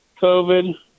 COVID